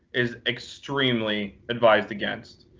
is extremely advised against,